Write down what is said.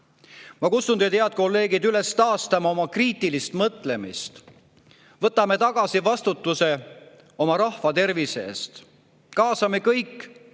Ma kutsun teid, head kolleegid, üles taastama oma kriitilist mõtlemist. Võtame tagasi vastutuse oma rahva tervise eest. Kaasame kõik